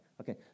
Okay